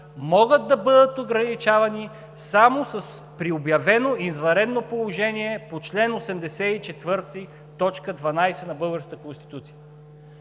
могат да бъдат ограничавани само при обявено извънредно положение по чл. 84, т. 12 на българската Конституция.